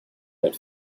but